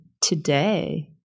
today